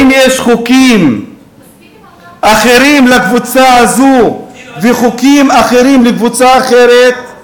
האם יש חוקים אחרים לקבוצה הזאת וחוקים אחרים לקבוצה אחרת?